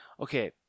Okay